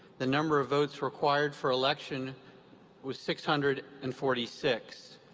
the number of votes required for election was six hundred and forty six.